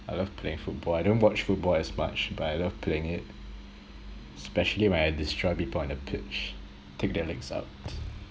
I love playing football I don't watch football as much but I love playing it especially when I destroy people on the pitch take their legs out